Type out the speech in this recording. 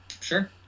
Sure